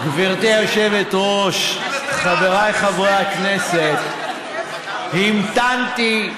היושבת-ראש, חבריי חברי הכנסת, המתנתי,